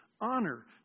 Honor